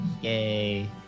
Yay